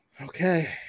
Okay